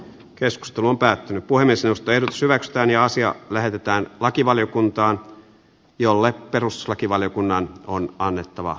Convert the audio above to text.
keskustelu on päättynyt puhemies jos tehdas hyväksytään ja asia lähetetään lakivaliokuntaan jolle peruslakivaliokunnan on kannettava